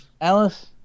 Alice